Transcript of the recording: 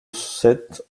sept